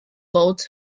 boat